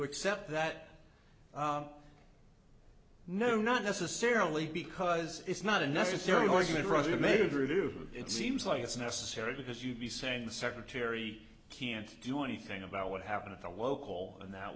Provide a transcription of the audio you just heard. accept that no not necessarily because it's not a necessary war you'd rather have made it through it seems like it's necessary because you'd be saying the secretary can't do anything about what happened at the local and that